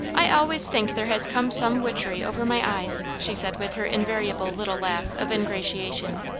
i always think there has come some witchery over my eyes, she said with her invariable little laugh of ingratiation,